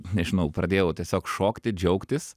nežinau pradėjau tiesiog šokti džiaugtis